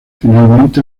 finalmente